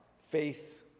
faith